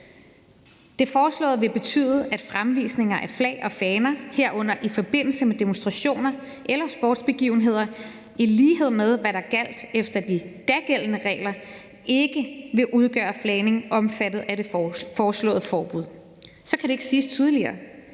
»Det foreslåede vil også betyde, at ”fremvisninger” af flag eller faner, herunder i forbindelse med demonstrationer eller sportsbegivenheder, i lighed med hvad der gjaldt efter de dagældende regler, ikke vil udgøre flagning omfattet af det foreslåede forbud.« Så kan det ikke siges tydeligere.